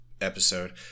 episode